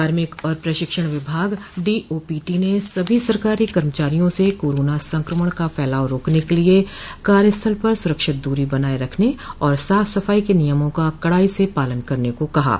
कार्मिक और प्रशिक्षण विभाग डीओपीटी ने सभी सरकारी कर्मचारियों से कोरोना संक्रमण का फैलाव रोकने के लिए कार्यस्थल पर सुरक्षित दूरी बनाए रखने और साफ सफाई के नियमों का कड़ाई से पालन करने को कहा है